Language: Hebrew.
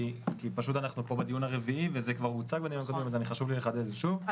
כי אנחנו פה בדיון הרביעי וזה כבר הוצג אז חשוב לי לחדד את זה שוב,